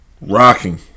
Rocking